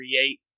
create